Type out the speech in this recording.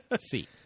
See